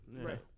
right